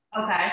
Okay